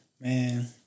Man